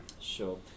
Sure